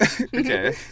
Okay